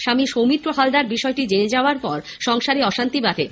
স্বামী সৌমিত্র হালদার বিষয়টি জেনে যাওয়ার পর সংসারে অশান্তি বাধে